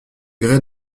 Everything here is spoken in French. gré